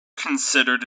considered